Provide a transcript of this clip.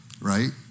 right